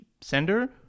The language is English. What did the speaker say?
sender